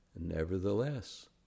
Nevertheless